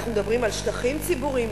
על שטחים ציבוריים,